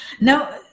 now